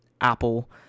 apple